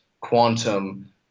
Quantum